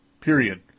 period